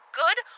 good